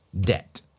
debt